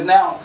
Now